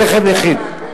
רכב נכים.